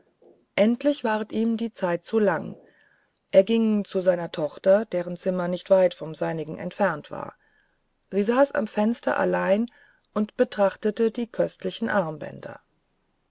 endlich ward ihm die zeit zu lang er ging zu seiner tochter deren zimmer nicht weit vom seinigen entfernt war sie saß am fenster allein und betrachtete die köstlichen armbänder